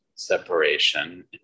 Separation